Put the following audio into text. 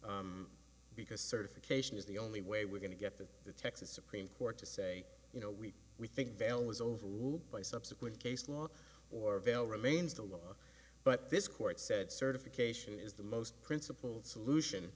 point because certification is the only way we're going to get the texas supreme court to say you know we we think bail was over by subsequent case law or veil remains the law but this court said certification is the most principled solution